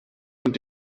und